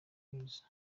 bwiza